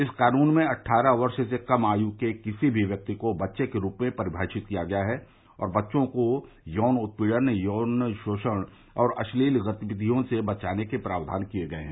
इस कानून में अट्ठारह वर्ष से कम आयु के किसी भी व्यक्ति को ं बच्चे के रूप में परिभाषित किया गया है और बच्चों को यौन उत्पीड़न यौन शोषण और अश्लील गतिविधियों से बचाने के प्रावधान शामिल हैं